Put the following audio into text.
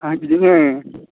ओं बिदिनो